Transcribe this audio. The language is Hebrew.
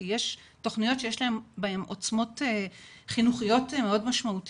כי יש תכניות חינוכיות מאוד משמעותיות.